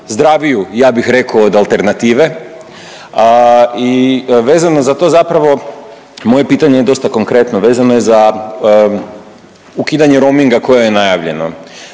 zdraviju ja bih rekao od alternative. I vezano za to zapravo moje pitanje je dosta konkretno. Vezano je za ukidanje roaminga koje je najavljeno